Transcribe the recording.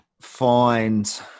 find